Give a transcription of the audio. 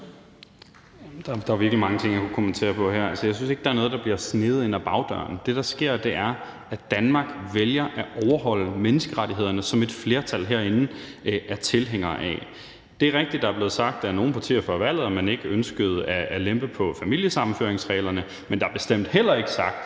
Der er virkelig mange ting, jeg kunne kommentere på her. Jeg synes ikke, at der er noget, der bliver sneget ind ad bagdøren. Det, der sker, er, at Danmark vælger at overholde menneskerettighederne, som et flertal herinde er tilhængere af. Det er rigtigt, at der er blevet sagt af nogle partier før valget, at man ikke ønskede at lempe på familiesammenføringsreglerne, men der er bestemt heller ikke sagt,